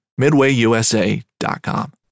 MidwayUSA.com